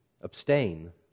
abstain